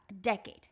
decade